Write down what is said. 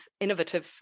innovative